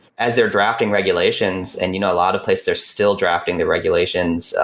as they're drafting regulations and you know a lot of places, they're still drafting the regulations.